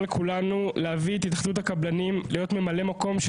לכולנו להביא את התאחדות הקבלנים להיות ממלאי מקום של